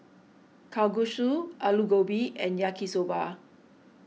Kalguksu Alu Gobi and Yaki Soba